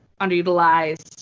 underutilized